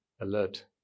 alert